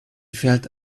felt